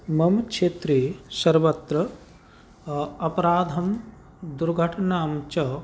मम् क्षेत्रे सर्वत्र अपराधं दुर्घटनां च